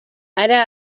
hara